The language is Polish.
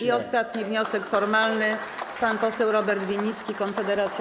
I ostatni wniosek formalny, pan poseł Robert Winnicki, Konfederacja.